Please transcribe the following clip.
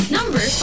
Number